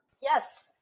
yes